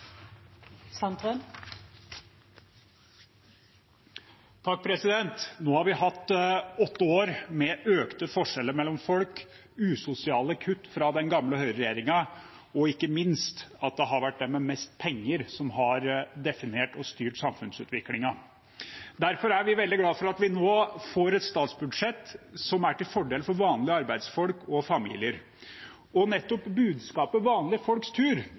Nå har vi hatt åtte år med økte forskjeller mellom folk og usosiale kutt fra den gamle høyreregjeringen, og ikke minst har det vært de med mest penger som har definert og styrt samfunnsutviklingen. Derfor er vi veldig glade for at vi nå får et statsbudsjett som er til fordel for vanlige arbeidsfolk og familier. Nettopp budskapet «vanlige folks tur»